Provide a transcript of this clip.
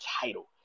title